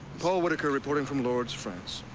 paul whitaker reporting from lourdes, france.